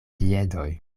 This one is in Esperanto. piedoj